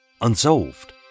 unsolved